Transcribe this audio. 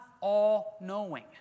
all-knowing